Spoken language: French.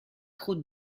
route